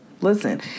Listen